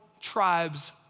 tribes